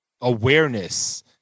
awareness